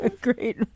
great